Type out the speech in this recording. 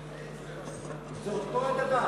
זה אותו דבר.